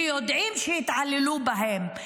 כי יודעים שיתעללו בהם,